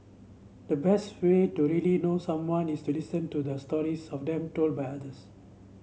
the best way to really know someone is to listen to the stories of them told by others